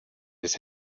his